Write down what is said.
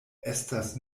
estas